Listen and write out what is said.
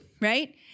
right